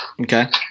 Okay